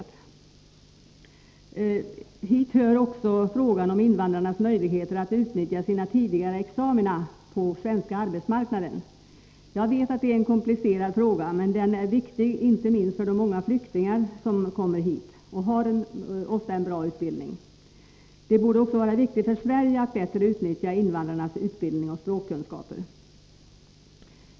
Till detta hör också frågan om invandrarnas möjligheter att utnyttja sina 59 tidigare examina på den svenska arbetsmarknaden. Jag vet att det är en komplicerad fråga, men den är viktig, inte minst för de många flyktingar som kommer hit och ofta har en bra utbildning. Det borde också vara viktigt för Sverige att bättre utnyttja invandrarnas utbildning och språkkunskaper.